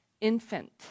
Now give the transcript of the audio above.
infant